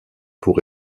pour